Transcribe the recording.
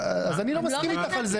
אז אני לא מסכים אתך על זה.